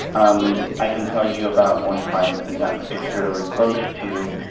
um i can tell you about one client that we got particularly close to.